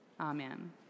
Amen